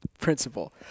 Principle